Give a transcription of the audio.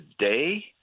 today